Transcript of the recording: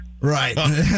Right